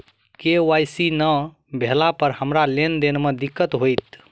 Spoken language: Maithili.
के.वाई.सी नै भेला पर हमरा लेन देन मे दिक्कत होइत?